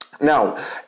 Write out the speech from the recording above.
Now